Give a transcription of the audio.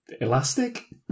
Elastic